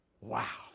Wow